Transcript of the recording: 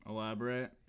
Elaborate